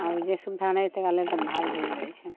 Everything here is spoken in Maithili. आ जे सुविधा नहि हइ तकरा लऽ कऽ बाहर भेज दैत छै